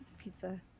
pizza